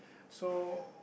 so